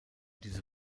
diese